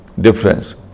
difference